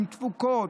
עם תפוקות,